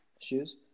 shoes